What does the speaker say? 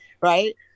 right